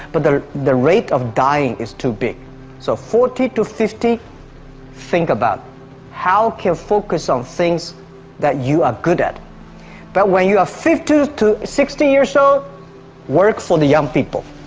but the the rate of dying is too big so forty to fifty think about how can focus on things that you are good at but when you are fifty to sixty years old so work for the young people